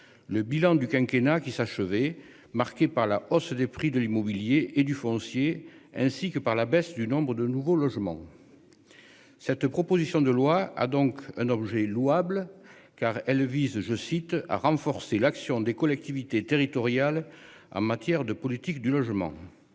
le bilan du quinquennat qui s'achever marquée par la hausse des prix de l'immobilier et du foncier ainsi que par la baisse du nombre de nouveaux logements. Cette proposition de loi a donc un objet louable car elle vise, je cite, à renforcer l'action des collectivités territoriales en matière de politique du logement.